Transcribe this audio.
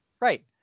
right